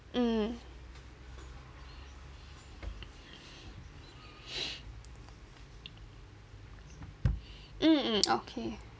mm mm mm okay